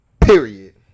Period